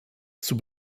zur